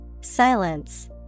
Silence